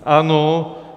Ano.